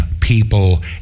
people